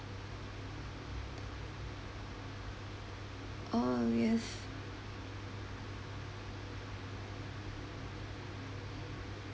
oh yes